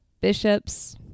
bishops